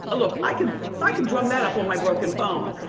look, i can i can drum that up on my broken phone.